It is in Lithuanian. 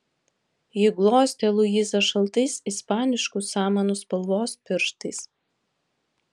ji glostė luizą šaltais ispaniškų samanų spalvos pirštais